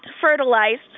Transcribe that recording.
fertilized